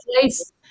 place